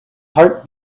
heart